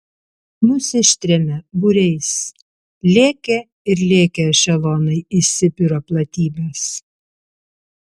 mus ištrėmė būriais lėkė ir lėkė ešelonai į sibiro platybes